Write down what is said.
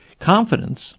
confidence